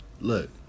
Look